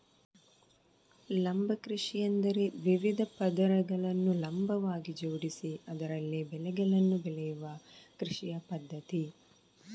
ಲಂಬ ಕೃಷಿಯೆಂದರೆ ವಿವಿಧ ಪದರಗಳನ್ನು ಲಂಬವಾಗಿ ಜೋಡಿಸಿ ಅದರಲ್ಲಿ ಬೆಳೆಗಳನ್ನು ಬೆಳೆಯುವ ಕೃಷಿಯ ಪದ್ಧತಿ